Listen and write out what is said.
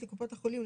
לקופות החולים,